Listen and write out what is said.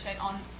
on